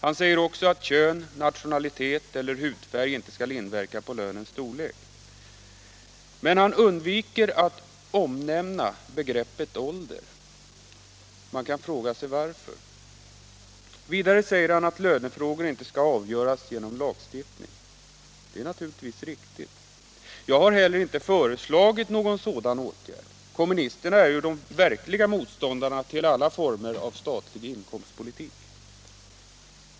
Han säger också att kön, nationalitet eller hudfärg inte skall inverka på lönens storlek. Men han undviker att omnämna begreppet ålder. Man kan fråga sig varför. Vidare säger han att lönefrågor inte skall avgöras genom lagstiftning. Det är naturligtvis riktigt. Jag har heller inte föreslagit någon sådan åtgärd. Kommunisterna är ju de verkliga motståndarna till alla former av statlig inkomstpolitik.